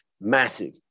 Massive